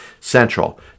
Central